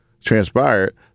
transpired